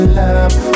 love